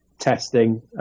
testing